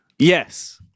Yes